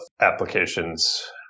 applications